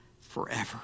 forever